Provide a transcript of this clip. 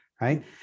right